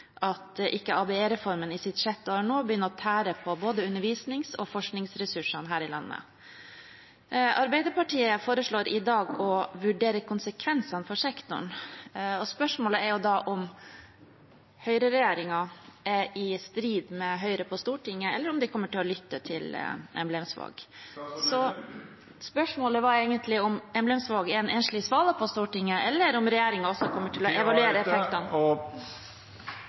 at ikke ABE-reformen i sitt sjette år nå begynner å tære på både undervisnings- og forskningsressursene her i landet. Arbeiderpartiet foreslår i dag å vurdere konsekvensene for sektoren, og spørsmålet er om høyreregjeringen er i strid med Høyre på Stortinget, eller om de kommer til å lytte til Synnes Emblemsvåg. Spørsmålet var egentlig om Synnes Emblemsvåg er en enslig svale på Stortinget, eller om